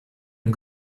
and